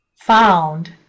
found